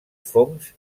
fongs